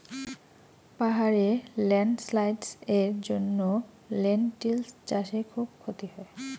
পাহাড়ে ল্যান্ডস্লাইডস্ এর জন্য লেনটিল্স চাষে খুব ক্ষতি হয়